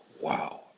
wow